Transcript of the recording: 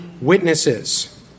witnesses